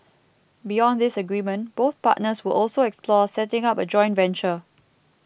beyond this agreement both partners will also explore setting up a joint venture